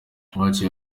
baciye